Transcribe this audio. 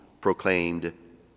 proclaimed